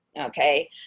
okay